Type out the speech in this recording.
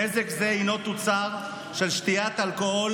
נזק זה הוא תוצר של שתיית אלכוהול